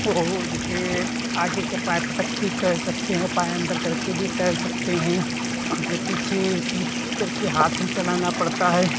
तो ओ जैसे आज के पाथ तक भी तैर सकते हैं पैर अंदर करके भी तैर सकते हैं जब पीछे पीठ करके हठी चलाना पड़ता है